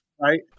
right